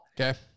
Okay